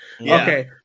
Okay